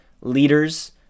leaders